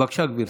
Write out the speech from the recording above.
בבקשה, גברתי.